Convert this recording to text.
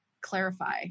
clarify